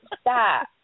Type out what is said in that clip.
Stop